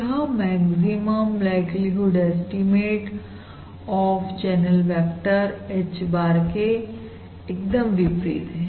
यह maximum likelihood estimate of channel vector H bar के एकदम विपरीत है